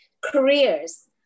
careers